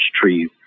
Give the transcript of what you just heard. trees